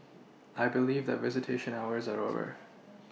I believe that visitation hours are over